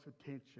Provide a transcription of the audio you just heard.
attention